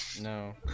No